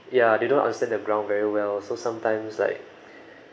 ya they don't understand the ground very well so sometimes like